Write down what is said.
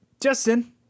Justin